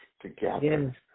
together